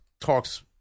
talks